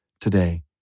today